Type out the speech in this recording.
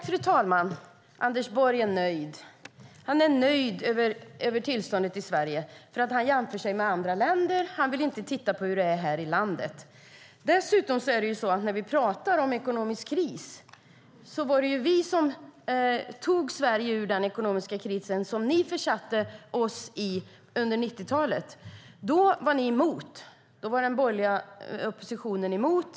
Fru talman! Anders Borg är nöjd med tillståndet i Sverige, för han jämför med andra länder och vill inte titta på hur det är här i landet. Det var vi som tog Sverige ur den ekonomiska kris som ni försatte oss i under 90-talet. Då var den borgerliga oppositionen emot.